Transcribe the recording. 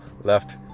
left